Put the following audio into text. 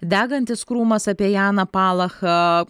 degantis krūmas apie janą palachą